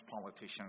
politicians